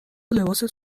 لباست